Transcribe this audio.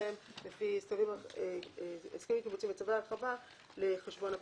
בהם לפי הסכמים קיבוציים וצווי הרחבה לחשבון הפיקדון.